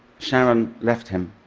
sharon left him.